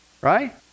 right